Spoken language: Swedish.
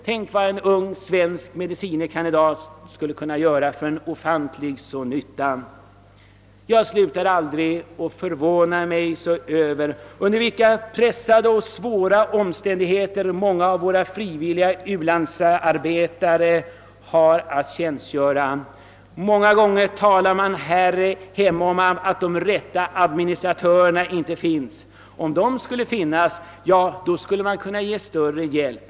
Tänk vilken oerhörd nytta en ung medicine kandidat skulle kunna göra där! Jag upphör aldrig att förvåna mig över hur svåra och pressande förhållanden många av våra frivilliga u-landsarbetare tvingas arbeta under. Här hemma talas det ofta om att de rätta administratörerna saknas; om de funnes skulle vi kunna ge större ekonomisk hjälp.